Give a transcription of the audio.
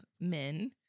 men